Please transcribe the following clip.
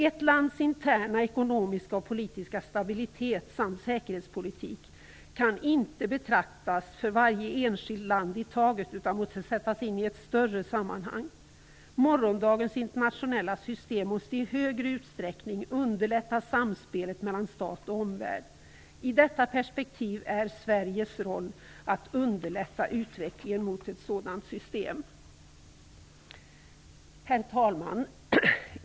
Ett lands interna ekonomiska och politiska stabilitet samt säkerhetspolitik kan inte betraktas för varje enskilt land i taget utan detta måste sättas in i ett större sammanhang. Morgondagens internationella system måste i större utsträckning underlätta samspelet mellan stat och omvärld. I detta perspektiv är Sveriges roll att underlätta utvecklingen mot ett sådant system. Herr talman!